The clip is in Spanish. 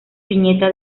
viñeta